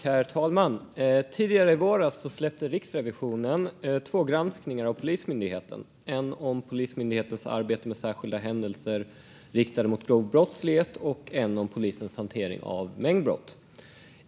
Herr talman! Tidigare i våras släppte Riksrevisionen två granskningar av Polismyndigheten, en om Polismyndighetens arbete med särskilda händelser riktade mot grov brottslighet och en om polisens hantering av mängdbrott.